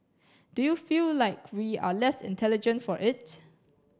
do you feel like we are less intelligent for it